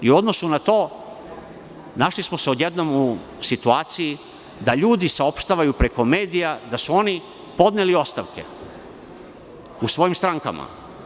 U odnosu na to odjednom smo se našli u situaciji da ljudi saopštavaju preko medija da su oni podneli ostavke u svojim strankama.